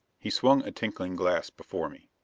he swung a tinkling glass before me.